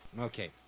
Okay